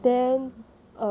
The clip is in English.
ya lor